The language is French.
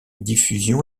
diffusion